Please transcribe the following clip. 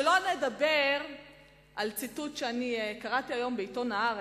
שלא לדבר על ציטוט שקראתי היום בעיתון "הארץ".